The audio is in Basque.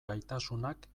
gaitasunak